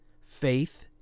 faith